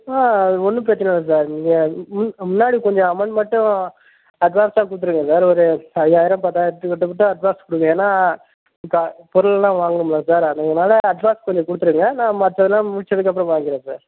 ஆ அது ஒன்றும் பிரச்சனை இல்லை சார் நீங்கள் முன் முன்னாடி கொஞ்சம் அமௌண்ட் மட்டும் அட்வான்ஸாக கொடுத்துருங்க சார் ஒரு ஐயாயிரம் பத்தாயிரத்துக் கிட்டத்தட்ட அட்வான்ஸ் கொடுங்க ஏன்னால் இப்போ பொருளெலாம் வாங்கணுமுல்ல சார் அதனாலே அட்வான்ஸ் கொஞ்சம் கொடுத்துருங்க நான் மற்றதெல்லாம் முடித்ததுக்கப்பறம் வாங்கிக்கிறேன் சார்